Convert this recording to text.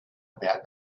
about